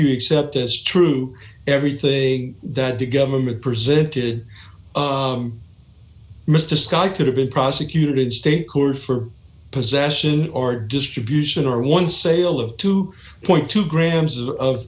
you accept as true everything that the government presented mr scott could have been prosecuted state court for possession or distribution or one sale of two point two grams of